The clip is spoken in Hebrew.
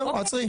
זהו, עצרי.